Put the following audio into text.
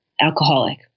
alcoholic